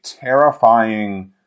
terrifying